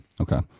Okay